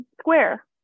Square